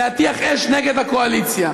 להטיח אש נגד הקואליציה.